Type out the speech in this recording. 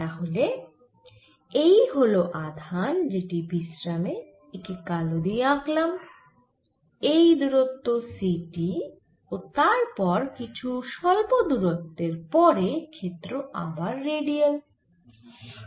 তাহলে এই হল আধান যেটি বিশ্রামে একে কালো দিয়ে আঁকলামএই দূরত্ব c t ও তারপর কিছু স্বল্প দূরত্বের পরে ক্ষেত্র আবার রেডিয়াল হয়